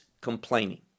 complaining